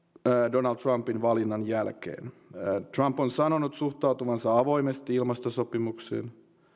donald trumpin valinnan jälkeen trump on sanonut suhtautuvansa avoimesti ilmastosopimuksiin